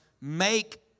make